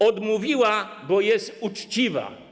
Odmówiła, bo jest uczciwa.